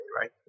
right